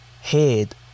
Head